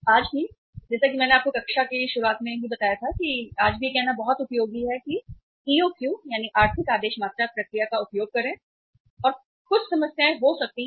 आज भी जैसा कि मैंने आपको कक्षा की शुरुआत में ही बताया था कि आज भी यह कहना बहुत उपयोगी है कि आर्थिक आदेश मात्रा प्रक्रिया का उपयोग करें और कुछ समस्याएं हो सकती हैं